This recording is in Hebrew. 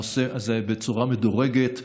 הנושא הזה, בצורה מדורגת.